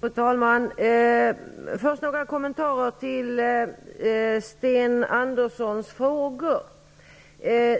Fru talman! Först vill jag ge några kommentarer till Sten Anderssons frågor.